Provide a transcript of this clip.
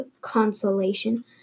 consolation